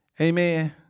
Amen